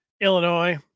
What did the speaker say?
Illinois